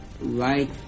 right